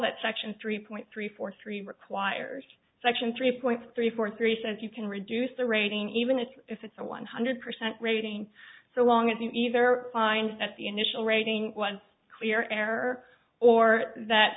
that section three point three four three requires section three point three four three says you can reduce the rating even as if it's a one hundred percent rating so long as you either find that the initial rating was clear error or that